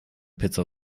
pizza